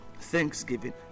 thanksgiving